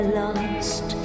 lost